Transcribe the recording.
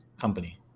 company